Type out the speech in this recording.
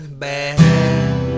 bad